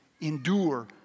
endure